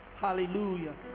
hallelujah